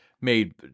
made